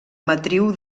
matriu